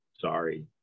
sorry